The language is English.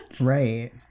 Right